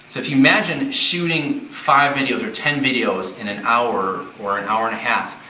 if you imagine shooting five videos or ten videos in an hour or an hour and a half,